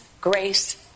grace